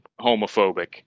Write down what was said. homophobic